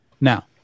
Now